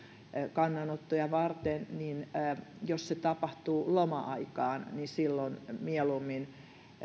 kannanottoja varten ja jos se tapahtuu loma aikaan niin silloin mieluummin